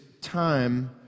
time